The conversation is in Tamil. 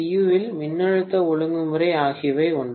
u இல் மின்னழுத்த ஒழுங்குமுறை ஆகியவை ஒன்றா